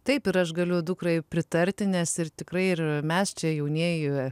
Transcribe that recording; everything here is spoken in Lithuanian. taip ir aš galiu dukrai pritarti nes ir tikrai ir mes čia jaunieji